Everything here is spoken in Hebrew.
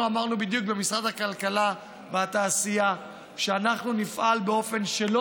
אנחנו אמרנו בדיוק במשרד הכלכלה והתעשייה שאנחנו נפעל באופן שלא